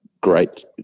great